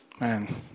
man